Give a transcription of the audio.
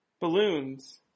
Balloons